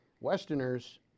Westerners